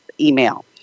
email